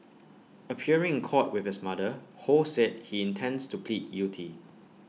appearing in court with his mother ho said he intends to plead guilty